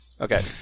Okay